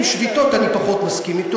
עם שביתות אני פחות מסכים אתו,